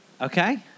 Okay